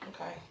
Okay